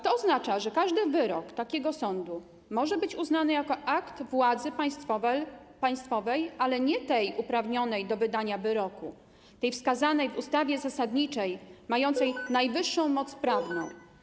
To oznacza, że każdy wyrok takiego sądu może być uznany za akt władzy państwowej, ale nie tej uprawnionej do wydania wyroku, tej wskazanej w ustawie zasadniczej mającej najwyższą moc prawną.